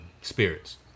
spirits